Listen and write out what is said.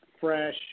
fresh